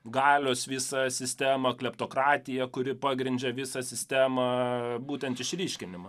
galios visą sistemą kleptokratija kuri pagrindžia visą sistemą būtent išryškinimą